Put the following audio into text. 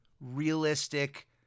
realistic